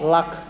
Luck